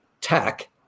tech